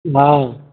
हा